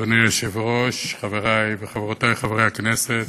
אדוני היושב-ראש, חברי וחברותי חברי הכנסת,